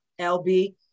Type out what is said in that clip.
LB